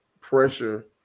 pressure